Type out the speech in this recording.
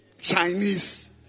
Chinese